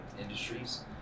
industries